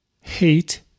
Hate